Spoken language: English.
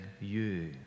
you